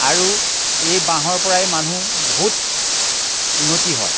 আৰু এই বাঁহৰ পৰাই মানুহ বহুত উন্নতি হয়